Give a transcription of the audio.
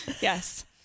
Yes